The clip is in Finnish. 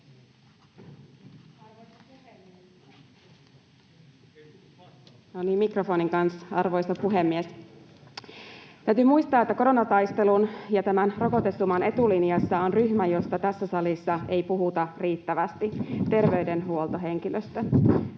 Content: Arvoisa puhemies! Täytyy muistaa, että koronataistelun ja tämän rokotesuman etulinjassa on ryhmä, josta tässä salissa ei puhuta riittävästi: terveydenhuoltohenkilöstö.